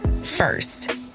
First